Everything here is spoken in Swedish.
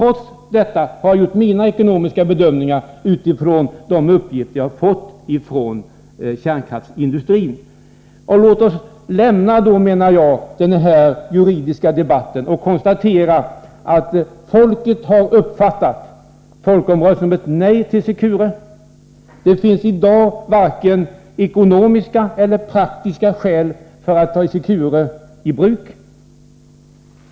Jag har ändå gjort mina bedömningar på grundval av de uppgifter som jag har fått från kärnkraftsindustrin. Låt oss lämna den här juridiska debatten och konstatera att svenska folket har uppfattat folkomröstningen som ett nej till Secure. Det finns i dag varken ekonomiska eller praktiska skäl för att ta Secure i bruk.